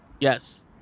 Yes